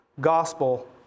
gospel